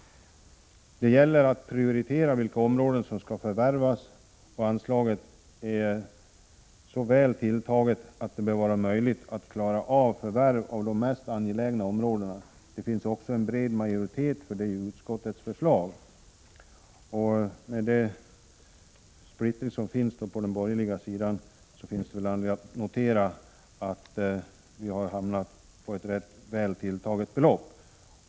Det gäller att prioritera vilka områden som skall förvärvas, och anslaget är så väl tilltaget att det bör vara möjligt att klara av förvärv av de mest angelägna områdena. Det finns också en bred majoritet för detta i utskottet. Med tanke på den splittring som finns på den borgerliga sidan finns det väl anledning att notera att vi har hamnat på ett rätt väl avvägt belopp.